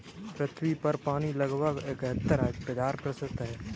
पृथ्वी पर पानी लगभग इकहत्तर प्रतिशत है